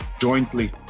jointly